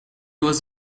was